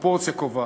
הפרופורציה קובעת.